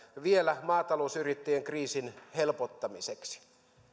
vielä ryhtyä maatalousyrittäjien kriisin helpottamiseksi